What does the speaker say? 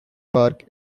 park